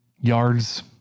Yards